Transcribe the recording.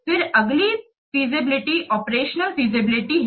फिर अगली feasibility operational feasibility है